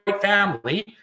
family